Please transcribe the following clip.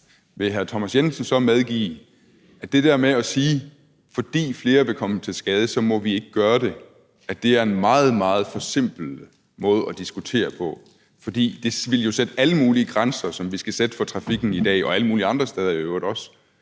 vil hr. Thomas Jensen så medgive, at det der med at sige, at fordi flere vil komme til skade, må vi ikke gøre det, er en meget, meget forsimplet måde at diskutere på, fordi det jo ville sætte alle mulige grænser, som vi skal sætte for trafikken i dag – og alle mulige andre steder øvrigt også?